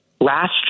last